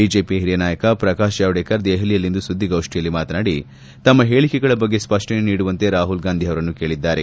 ಬಿಜೆಪಿಯ ಹಿರಿಯ ನಾಯಕ ಪ್ರಕಾಶ ಜಾವಡೇಕರ್ ದೆಹಲಿಯಲಿಂದು ಸುದ್ದಿಗೋಷ್ಟಿಯಲ್ಲಿ ಮಾತನಾಡಿ ತಮ್ಮ ಹೇಳಿಕೆಗಳ ಬಗ್ಗೆ ಸ್ಪಷ್ಟನೆ ನೀಡುವಂತೆ ರಾಹುಲ್ ಗಾಂಧಿ ಅವರನ್ನು ಕೇಳಿದ್ದಾರೆ